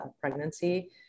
pregnancy